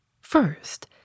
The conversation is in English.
First